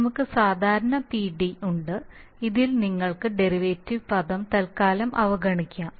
നമുക്ക് സാധാരണ പിഡി ഉണ്ട് അതിൽ നിങ്ങൾക്ക് ഡെറിവേറ്റീവ് പദം തൽക്കാലം അവഗണിക്കാം